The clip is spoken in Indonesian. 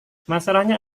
masalahnya